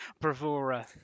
bravura